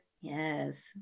Yes